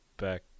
back